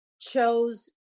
chose